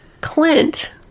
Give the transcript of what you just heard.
Clint